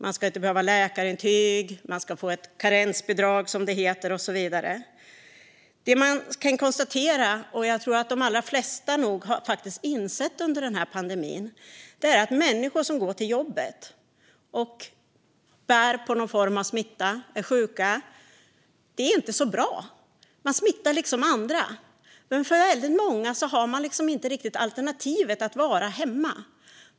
Man ska inte behöva läkarintyg, man ska få ett karensbidrag som det heter, och så vidare. Det man kan konstatera, och som jag tror att de allra flesta nog har insett under den här pandemin, är att det inte är så bra när människor bär på någon smitta och går till jobbet fast de är sjuka. Man smittar andra. Men väldigt många har inte alternativet att vara hemma.